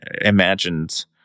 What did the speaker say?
imagined